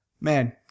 Man